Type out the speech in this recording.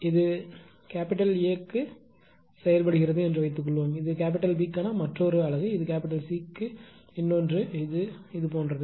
இது A க்கு செயல்படுகிறது என்று வைத்துக்கொள்வோம் இது B க்கான மற்றொரு அலகு இது C க்கு இன்னொன்று இது போன்றது